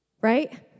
Right